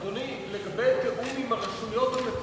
אדוני, לגבי התיאום עם הרשויות המקומיות.